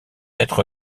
être